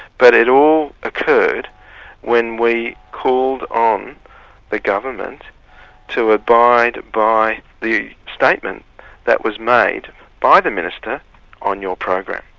but it all occurred when we called on the government to abide by the statement that was made by the minister on your program.